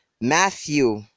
Matthew